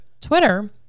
Twitter